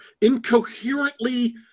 incoherently